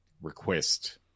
request